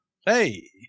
Hey